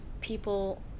people